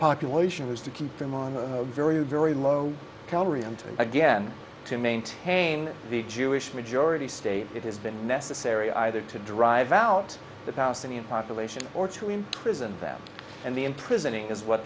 population is to keep them on the very very low calorie and again to maintain the jewish majority state it has been necessary either to drive out the palestinian population or to imprison them and the imprisoning is what